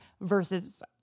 versus –